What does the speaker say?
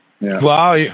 Wow